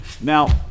Now